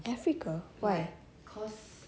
africa why